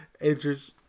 interest